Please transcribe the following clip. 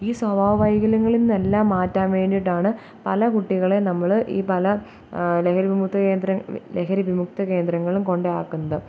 ഈ സ്വഭാവ വൈകല്യങ്ങളിൽ നിന്നെല്ലാം മാറ്റാൻ വേണ്ടിയിട്ടാണ് പല കുട്ടികളെയും നമ്മൾ ഈ പല ലഹരി വിമുക്ത കേന്ദ്ര ലഹരി വിമുക്ത കേന്ദ്രങ്ങളിലും കൊണ്ടു പോയി ആക്കുന്നത്